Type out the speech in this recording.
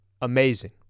amazing